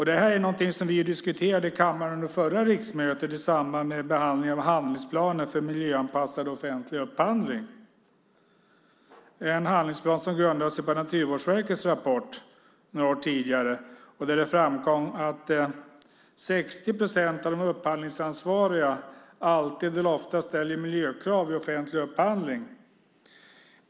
Det här är något som vi diskuterade i kammaren under förra riksmötet i samband med behandlingen av handlingsplanen för miljöanpassad offentlig upphandling. Det är en handlingsplan som grundar sig på Naturvårdsverkets rapport från några år tidigare. Det framkom där att 60 procent av de upphandlingsansvariga alltid eller oftast ställer miljökrav vid offentlig upphandling.